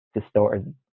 distorted